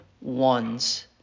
ones